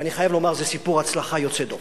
ואני חייב לומר, זה סיפור הצלחה יוצא דופן.